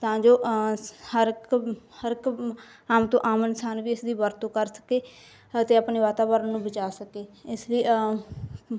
ਤਾਂ ਜੋ ਹਰ ਇੱਕ ਹਰ ਇੱਕ ਆਮ ਤੋਂ ਆਮ ਇਨਸਾਨ ਵੀ ਇਸਦੀ ਵਰਤੋਂ ਕਰ ਸਕੇ ਅਤੇ ਆਪਣੇ ਵਾਤਾਵਰਨ ਨੂੰ ਬਚਾ ਸਕੇ ਇਸ ਲਈ